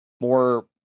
more